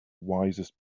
wisest